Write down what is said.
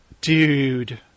Dude